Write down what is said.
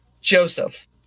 Joseph